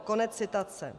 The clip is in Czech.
Konec citace.